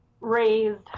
raised